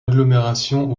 agglomération